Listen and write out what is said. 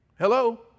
hello